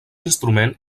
instrument